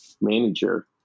manager